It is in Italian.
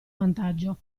vantaggio